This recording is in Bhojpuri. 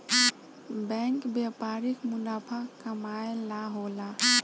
बैंक व्यापारिक मुनाफा कमाए ला होला